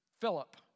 Philip